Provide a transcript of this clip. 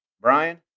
Brian